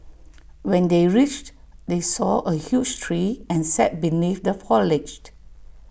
when they reached they saw A huge tree and sat beneath the foliage